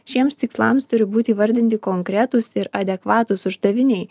šiems tikslams turi būti įvardinti konkretūs ir adekvatūs uždaviniai